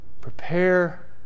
Prepare